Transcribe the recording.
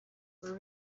were